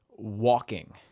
walking